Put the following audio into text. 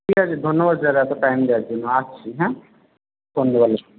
ঠিক আছে ধন্যবাদ দাদা এত টাইম দেওয়ার জন্য আসছি হ্যাঁ সন্ধ্যেবেলা